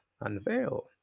unveil